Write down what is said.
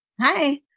Hi